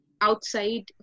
outside